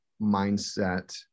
mindset